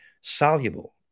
soluble